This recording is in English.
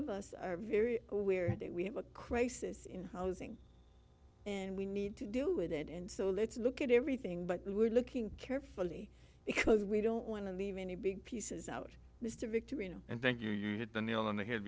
of us are very aware that we have a crisis in housing and we need to deal with it and so let's look at everything but we're looking carefully because we don't want to leave any big pieces out mr victory and thank you you hit the nail on the head